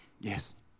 yes